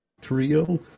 Trio